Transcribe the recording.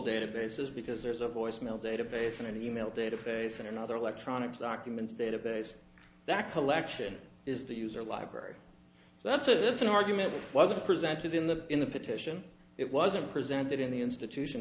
databases because there's a voicemail database and an e mail database and other electronic documents database that collection is the user library that's a that's an argument wasn't presented in the in the petition it wasn't presented in the institution